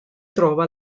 trova